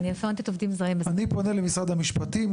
אני פונה למשרד המשפטים,